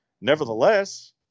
nevertheless